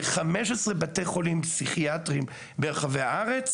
ב-15 בתי חולים פסיכיאטריים ברחבי הארץ.